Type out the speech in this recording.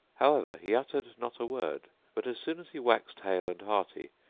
however he uttered not a word but, as soon as he waxed hale and hearty,